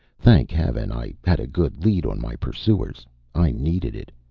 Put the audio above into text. thank heaven, i had a good lead on my pursuers i needed it.